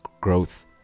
growth